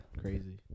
Crazy